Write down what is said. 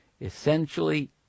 essentially